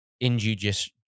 injudicious